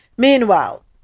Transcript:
Meanwhile